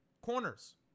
Corners